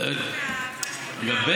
זה סיוע, הם לא מקבלים כסף ממשרד המשפטים.